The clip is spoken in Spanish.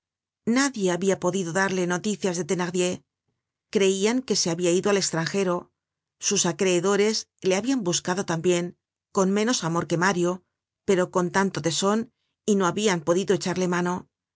nadie habia podido darle noticias de thenardier creian que se habia ido al estranjero sus acreedores le habian buscado tambien con menos amor que mario pero con tanto teson y no habian podido echarle mano